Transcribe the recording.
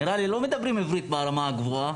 נראה לי שהם לא מדברים עברית ברמה גבוהה,